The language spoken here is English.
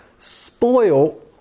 spoil